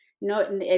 no